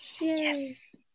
Yes